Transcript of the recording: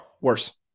Worse